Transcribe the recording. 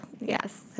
yes